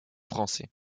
français